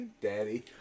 Daddy